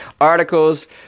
articles